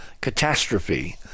catastrophe